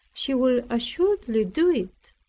she will assuredly do it.